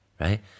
right